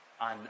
on